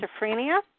schizophrenia